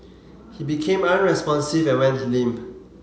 he became unresponsive and went limp